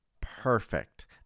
Perfect